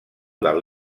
del